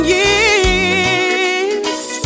years